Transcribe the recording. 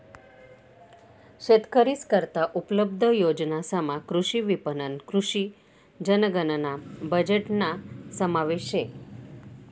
शेतकरीस करता उपलब्ध योजनासमा कृषी विपणन, कृषी जनगणना बजेटना समावेश शे